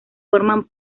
forman